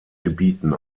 gebieten